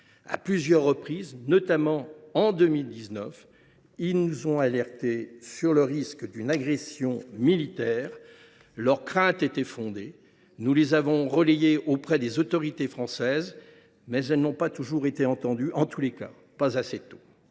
À plusieurs reprises, notamment en 2019, ils nous ont alertés sur les risques d’une agression militaire. Leurs craintes étaient fondées. Nous les avons relayées auprès des autorités françaises, mais elles n’ont pas toujours été entendues, en tout cas pas assez tôt.